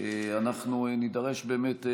נידרש באמת,